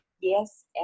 Yes